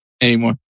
anymore